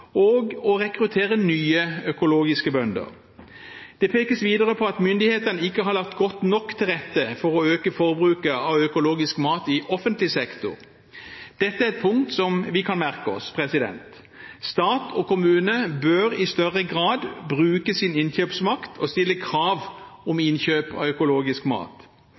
og å rekruttere nye økologiske bønder. Det pekes videre på at myndighetene ikke har lagt godt nok til rette for å øke forbruket av økologisk mat i offentlig sektor. Dette er et punkt vi kan merke oss. Stat og kommuner bør i større grad bruke sin innkjøpsmakt og stille krav om innkjøp av økologisk mat.